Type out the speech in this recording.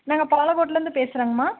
நாங்கள் பாலக்கோட்டில் இருந்து பேசுகிறேங்கம்மா